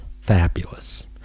fabulous